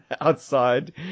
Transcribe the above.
outside